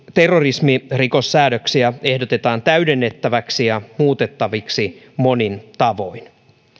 terrorismirikossäädöksiä ehdotetaan täydennettäviksi ja muutettaviksi monin tavoin